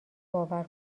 باور